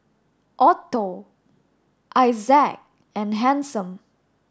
Otto Issac and Hanson